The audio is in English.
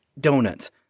donuts